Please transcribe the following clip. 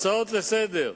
הצעות לסדר-היום,